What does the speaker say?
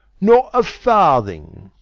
not a farthing!